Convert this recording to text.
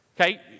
Okay